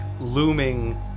looming